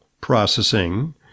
processing